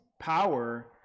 power